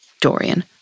Dorian